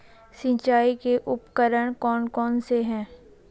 सिंचाई के उपकरण कौन कौन से हैं?